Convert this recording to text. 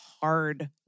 hard